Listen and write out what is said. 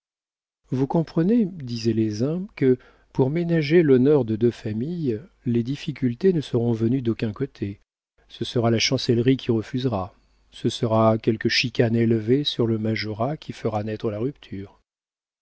vous comprenez disaient les uns que pour ménager l'honneur de deux familles les difficultés ne seront venues d'aucun côté ce sera la chancellerie qui refusera ce sera quelque chicane élevée sur le majorat qui fera naître la rupture